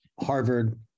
Harvard